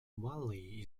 valley